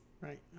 Right